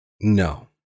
No